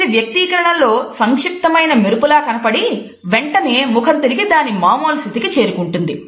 ఇది వ్యక్తీకరణలో సంక్షిప్తమైన మెరుపులా కనపడి వెంటనే ముఖం తిరిగి దాని మామూలు స్థితికి చేరుకుంటుంది